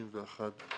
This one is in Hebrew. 30 במאי.